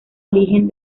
origen